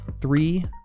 Three